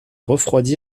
refroidi